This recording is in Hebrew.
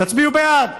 תצביעו בעד.